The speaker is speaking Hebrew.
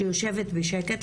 שיושבת בשקט,